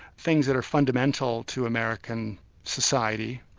things that are fundamental to american society,